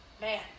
man